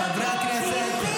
סכנה קיומית ----- חברי הכנסת.